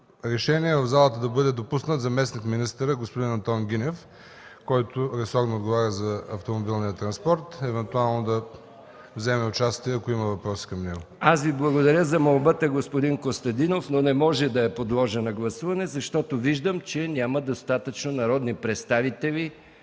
решение в залата да бъде допуснат заместник-министърът господин Антон Гинев, който ресорно отговаря за автомобилния транспорт – евентуално да вземе участие, ако има въпроси към него. ПРЕДСЕДАТЕЛ МИХАИЛ МИКОВ: Аз Ви благодаря за молбата, господин Костадинов, но не мога да я подложа на гласуване, защото виждам, че няма достатъчно народни представители,